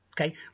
Okay